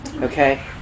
Okay